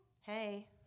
Hey